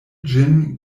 ĝin